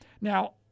Now